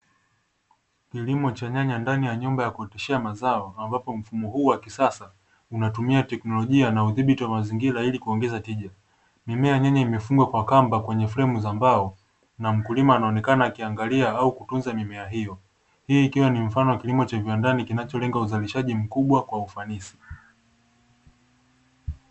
Kilimo cha nyanya ndani ya nyumba ya kuhifadhia mazao, ambapo mfumo huu wa kisasa unatumia teknolojia na udhibiti wa mazingira ili kuongeza tija. Mimea nyanya imefungwa kwa kamba kwenye fremu za mbao, na mkulima anaonekana akiangalia au kutunza mimea hiyo. Hii ikiwa ni mfano wa kilimo cha viwandani kinacholenga uzalishaji mkubwa kwa ufanisi.